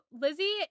Lizzie